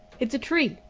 it's a tree.